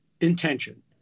intention